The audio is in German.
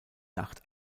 nacht